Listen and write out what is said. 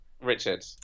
Richard